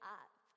up